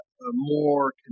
more